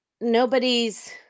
nobody's